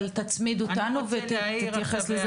אבל תצמיד אותנו ותתייחס לזה בקצרה.